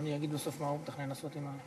תגיד בסוף מה אתה מבקש לעשות עם,